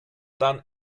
done